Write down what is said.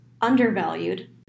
undervalued